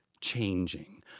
changing